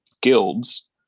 guilds